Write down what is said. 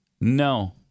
No